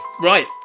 Right